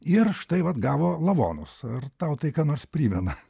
ir štai vat gavo lavonus ar tau tai ką nors primena